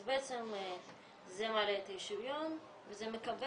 אז בעצם זה מעלה את אי השוויון וזה מקבע